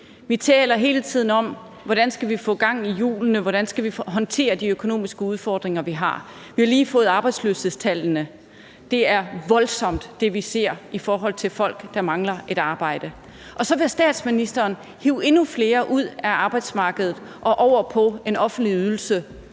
Vi taler hele tiden om, hvordan vi skal få gang i hjulene, og hvordan vi skal håndtere de økonomiske udfordringer, vi har. Vi har lige fået arbejdsløshedstallene. Det, vi ser, er voldsomt, i forhold til folk der mangler et arbejde. Og så vil statsministeren hive endnu flere ud af arbejdsmarkedet og over på en offentlig ydelse,